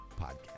podcast